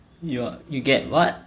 you're you get what